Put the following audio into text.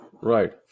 Right